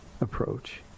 approach